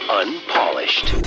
unpolished